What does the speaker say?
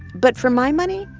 but for my money,